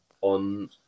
on